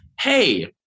Hey